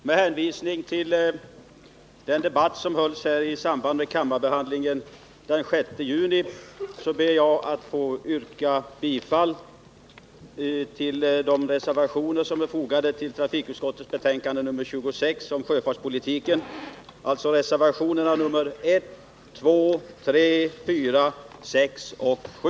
Herr talman! Med hänvisning till den debatt som fördes vid kammarbehandlingen av detta ärende den 6 juni ber jag att få yrka bifall till de reservationer som är likalydande med de vid trafikutskottets betänkande nr 26 om sjöfartspolitiken fogade reservationerna 1, 2, 3, 4, 6 och 7.